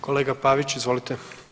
Kolega Pavić, izvolite.